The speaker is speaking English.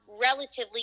relatively